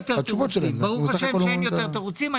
ברוך השם שאין יותר תירוצים.